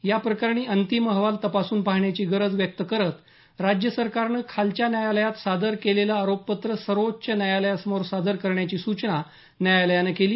या प्रकरणी अंतिम अहवाल तपासून पाहण्याची गरज व्यक्त करत राज्यसरकारनं खालच्या न्यायालयात सादर केलेलं आरोपपत्र सर्वोच्च न्यायालयासमोर सादर करण्याची सूचना न्यायालयानं केली